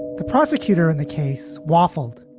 the prosecutor in the case waffled,